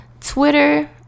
Twitter